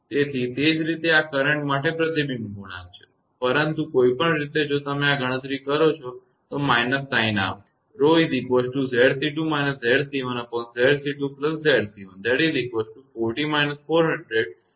તેથી તે જ રીતે આ કરંટ માટે પ્રતિબિંબ ગુણાંક છે પરંતુ કોઈપણ રીતે જો તમે આ ગણતરી કરો છો તો આ માઇનસ ચિહ્ન આવશે